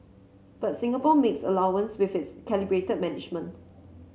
but Singapore makes allowance with its calibrated management